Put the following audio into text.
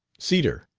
cedar!